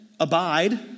Abide